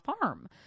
farm